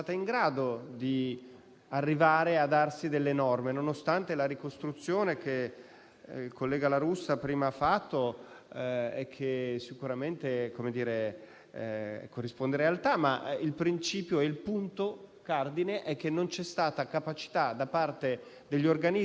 con la Regione Puglia, per arrivare alla definizione di questo principio e posto che ha lasciato tutto lo spazio e il tempo necessari affinché il Consiglio regionale potesse adempiere all'obbligo in questione, esercitando pienamente la propria funzione,